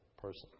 person